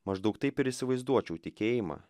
maždaug taip ir įsivaizduočiau tikėjimą